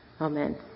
Amen